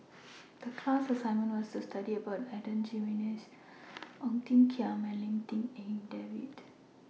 The class assignment was to study about Adan Jimenez Ong Tiong Khiam and Lim Tik En David